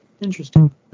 Interesting